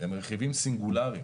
הם רכיבים סינגולריים